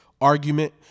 argument